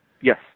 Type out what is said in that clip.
Yes